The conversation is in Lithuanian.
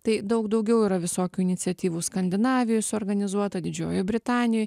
tai daug daugiau yra visokių iniciatyvų skandinavijoj suorganizuota didžiojoj britanijoj